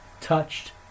touched